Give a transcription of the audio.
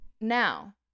Now